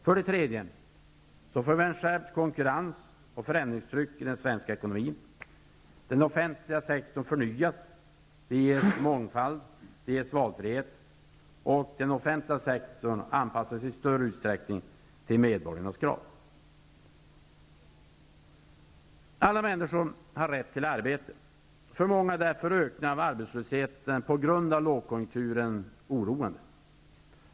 För det tredje: Ett skärpt konkurrens och förändringstryck i den svenska ekonomin. Den offentliga sektorn måste förnyas. På så sätt får vi mångfald och valfrihet. Den offentliga sektorn måste i större utsträckning anpassas till medborgarnas krav. Alla människor har rätt till arbete. För många är därför ökningen av arbetslösheten på grund av lågkonjunkturen oroande.